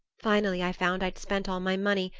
finally i found i'd spent all my money,